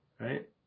right